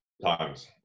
times